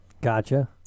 Gotcha